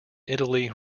italy